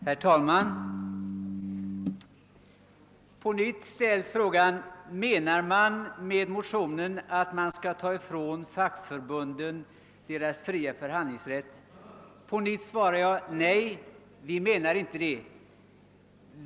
Herr talman! På nytt ställs frågan, om motionärerna menar att man skall ta ifrån fackförbunden deras fria förhandlingsrätt. På nytt svarar jag: Nej, vi menar inte det.